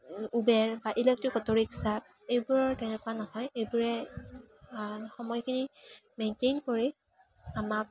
Uber বা electric auto rickshaw এইবোৰৰ তেনেকুৱা নহয় এইবোৰে সময়খিনি মেইনটেইন কৰি আমাক